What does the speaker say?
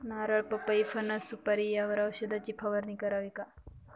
नारळ, पपई, फणस, सुपारी यावर औषधाची फवारणी करावी का?